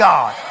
God